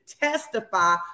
testify